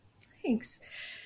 Thanks